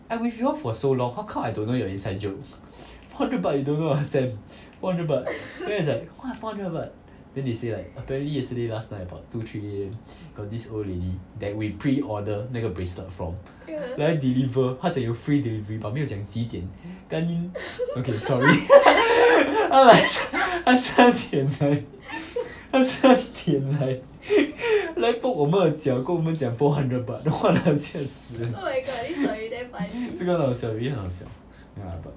I'm with you all for so long how come I don't know your inside joke four hundred baht you don't know ah sam four hundred baht then is like what four hundred baht then they say like apparently yesterday last night about two three A_M got this old lady that we pre-order 那个 bracelet from 来 deliver 她讲有 free delivery but 没有讲几点 ganni okay sorry I'm like 她三点来她三点来来 poke 我们的脚跟我们讲 four hundred baht !walao! 吓死人这个很好笑 really 很好笑 ya but